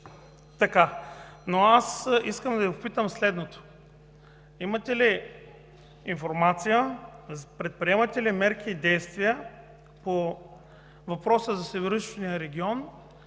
ще се случи. Искам да Ви попитам следното: имате ли информация, предприемате ли мерки и действия по въпроса за Североизточния регион?